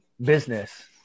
business